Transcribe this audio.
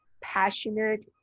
passionate